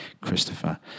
Christopher